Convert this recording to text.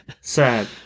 Sad